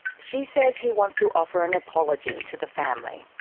she says he wants to offer an apology to the family.